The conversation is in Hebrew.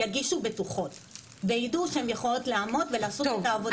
ירגישו בטוחות וידעו שהן יכולות לעמוד ולעשות את העבודה שלהם.